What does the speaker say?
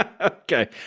Okay